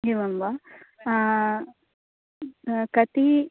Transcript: एवं वा कति